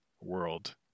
world